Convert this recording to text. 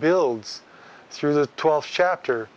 builds through the twelve chapter